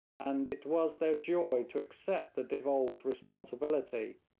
and it was their joy to accept the devolved responsibility,